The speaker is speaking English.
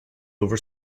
over